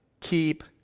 keep